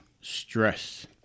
stress